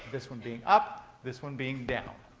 this one being up, this one being down.